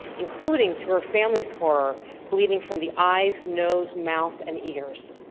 including to her family's horror bleeding from the eyes, nose, mouth, and ears.